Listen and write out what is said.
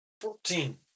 Fourteen